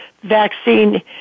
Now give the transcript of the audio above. vaccine